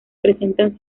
presentan